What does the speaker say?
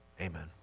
amen